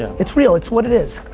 it's real, it's what it is.